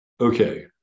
Okay